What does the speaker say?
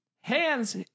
hands